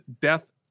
Death